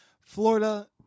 Florida